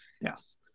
yes